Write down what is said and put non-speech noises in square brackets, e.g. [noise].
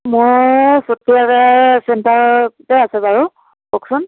[unintelligible] চেণ্টাৰতে আছোঁ বাৰু কওকচোন